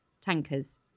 tankers